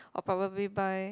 or probably buy